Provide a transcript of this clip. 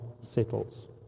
settles